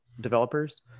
developers